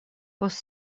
post